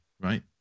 right